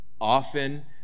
often